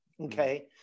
Okay